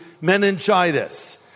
meningitis